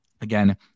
again